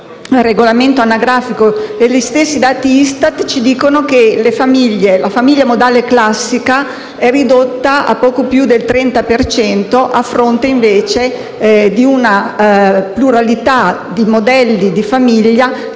regolamento anagrafico e i dati ISTAT ci dicono che la famiglia modale classica è ridotta a poco più del 30 per cento, a fronte invece di una pluralità di modelli di famiglia